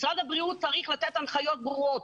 משרד הבריאות צריך לתת הנחיות ברורות.